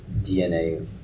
DNA